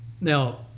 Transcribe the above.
Now